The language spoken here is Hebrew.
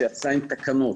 שיצאה עם תקנות,